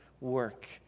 work